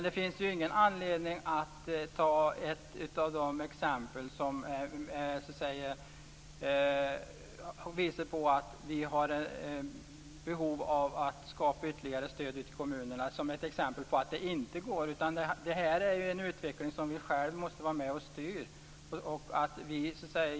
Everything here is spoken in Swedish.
Det finns ingen anledning att ta ett av dessa exempel som visar att vi har behov av att skapa ett ytterligare stöd ute i kommunerna som ett exempel på att det inte går. Detta är en utveckling som vi själva måste vara med och styra.